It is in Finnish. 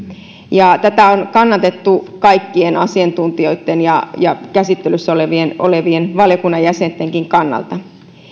ja tätä on kannatettu kaikkien asiantuntijoitten ja ja käsittelyssä olleiden valiokunnan jäsentenkin taholta